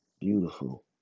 beautiful